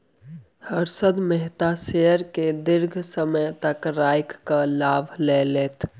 Harshad Mehta share के दीर्घ समय तक राइख के लाभ लेलैथ